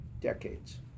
decades